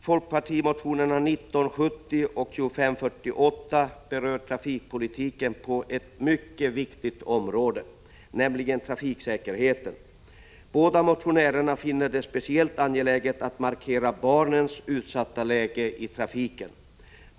Folkpartimotionerna 1970 och 2548 berör trafikpolitiken på ett mycket viktigt område, nämligen trafiksäkerheten. Motionärerna finner det speciellt angeläget att markera barnens utsatta läge i trafiken.